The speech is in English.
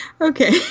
Okay